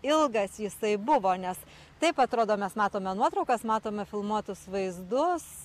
ilgas jisai buvo nes taip atrodo mes matome nuotraukas matome filmuotus vaizdus